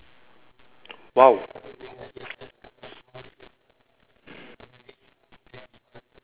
!wow!